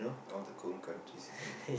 all the cold countries is it